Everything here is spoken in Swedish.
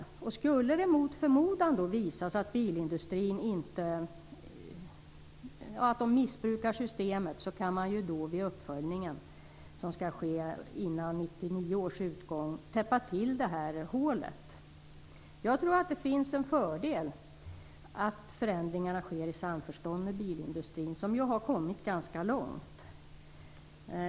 Skulle det mot förmodan visa sig att bilindustrin missbrukar systemet kan man vid uppföljningen, som skall ske innan utgången av 1999, täppa till det hålet. Jag tror att det finns en fördel med att förändringarna sker i samförstånd med bilindustrin, som ju har kommit ganska långt.